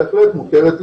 בהחלט מוכרת.